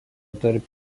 tarp